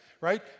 right